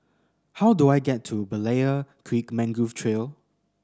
how do I get to Berlayer Creek Mangrove Trail